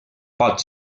pot